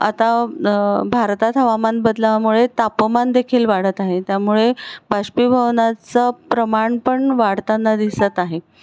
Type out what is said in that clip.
आता भारतात हवामान बदलामुळे तापमानदेखील वाढत आहे त्यामुळे बाष्पीभवनाचं प्रमाण पण वाढताना दिसत आहे